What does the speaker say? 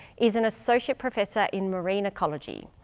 is an associate professor in marine biology.